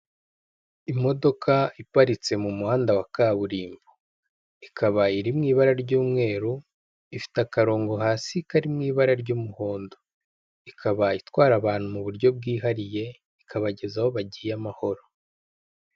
Imodoka iparitse mu muhanda wa kaburimbo, ikaba iri mu ibara ry'umweru, ifite akarongo hasi kari mu ibara ry'umuhondo, ikaba itwara abantu mu buryo bwihariye ikabagezaho bagiye amahoro.